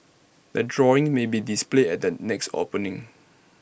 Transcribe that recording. the drawings may be displayed at the next opening